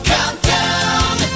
Countdown